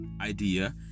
idea